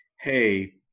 Hey